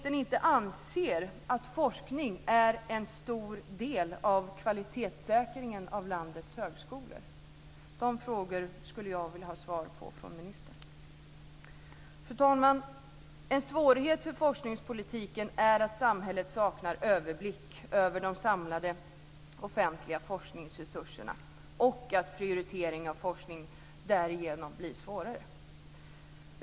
En svårighet för forskningspolitiken är att samhället saknar överblick över de samlade offentliga forskningsresurserna och att prioritering av forskning därigenom blir svårare.